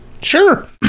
Sure